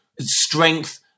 strength